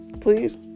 Please